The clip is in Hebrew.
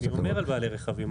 אני אומר על בעלי רכבים.